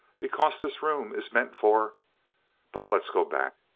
because this room is meant for but let's go back.